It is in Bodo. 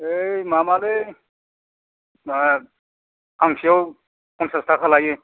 ओइ माबालै मा फांसेयाव पन्सास ताका लायो